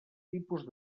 tipus